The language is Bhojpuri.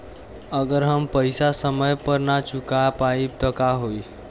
अगर हम पेईसा समय पर ना चुका पाईब त का होई?